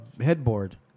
headboard